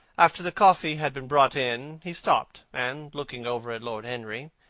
after the coffee had been brought in, he stopped, and looking over at lord henry,